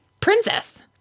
princess